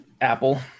Apple